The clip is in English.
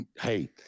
Hey